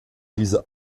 diese